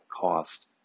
cost